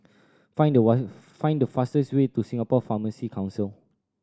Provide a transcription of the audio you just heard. find the find the fastest way to Singapore Pharmacy Council